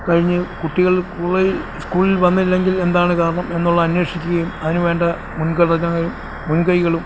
കഴിഞ്ഞ് കുട്ടികൾ സ്കൂളിൽ വന്നില്ലെങ്കിൽ എന്താണ് കാരണം എന്നുള്ളത് അന്വേഷിക്കുകയും അതിന് വേണ്ട മുൻഘടനകൾ മുൻകൈകളും